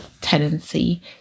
tenancy